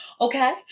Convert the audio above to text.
Okay